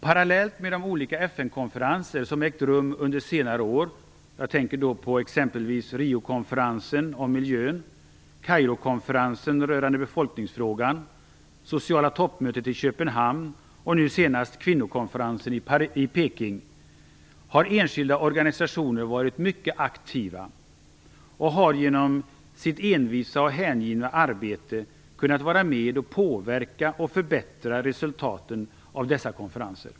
Parallellt med de olika FN-konferenser som ägt rum under senare år - jag tänker t.ex. på Riokonferensen om miljön, Kairokonferensen rörande befolkningsfrågan, det sociala toppmötet i Köpenhamn och nu senast kvinnokonferensen i Peking - har enskilda organisationer varit mycket aktiva. De har genom sitt envisa och hängivna arbete kunnat vara med och påverka och förbättra resultaten av dessa konferenser.